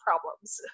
problems